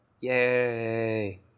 Yay